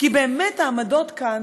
כי באמת העמדות כאן,